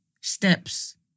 steps